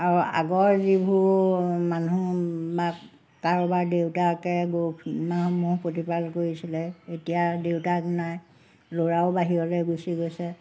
আৰু আগৰ যিবোৰ মানুহ বা কাৰোবাৰ দেউতাকে গৰু বা ম'হ প্ৰতিপাল কৰিছিলে এতিয়া দেউতাক নাই ল'ৰাও বাহিৰলৈ গুচি গৈছে